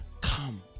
come